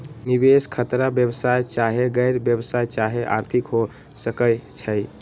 निवेश खतरा व्यवसाय चाहे गैर व्यवसाया चाहे आर्थिक हो सकइ छइ